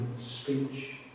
speech